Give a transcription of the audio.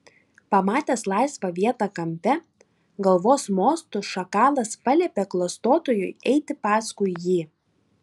pamatęs laisvą vietą kampe galvos mostu šakalas paliepė klastotojui eiti paskui jį